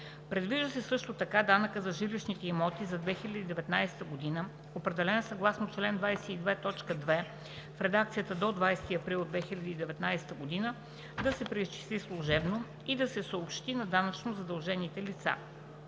Предвижда се също така данъкът за жилищните имоти за 2019 г., определен съгласно чл. 22, т. 2 в редакцията до 20 април 2019 г., да се преизчисли служебно и да се съобщи на данъчно задължените лица.